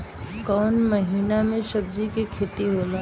कोउन महीना में सब्जि के खेती होला?